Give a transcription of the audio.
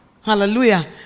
Hallelujah